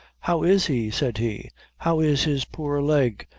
how is he? said he how is his poor leg?